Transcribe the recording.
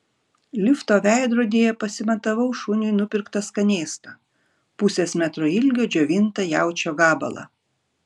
lifto veidrodyje pasimatavau šuniui nupirktą skanėstą pusės metro ilgio džiovintą jaučio gabalą